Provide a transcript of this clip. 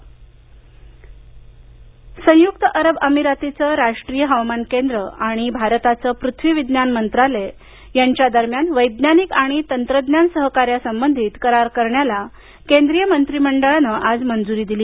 मंत्री मंडळ संयुक्त अरब अमिरातीचं राष्ट्रीय हवामान केंद्र आणि भारताचं पृथ्वी विज्ञान मंत्रालय यांच्या दरम्यान वैज्ञानिक आणि तंत्रज्ञान सहकार्यासंबंधित करार करण्याला केंद्रीय मंत्रीमंडळानं आज मंजुरी दिली